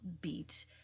beat